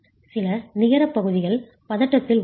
சில நிகரப் பகுதிகள் பதட்டத்தில் உள்ளன